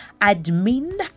Admin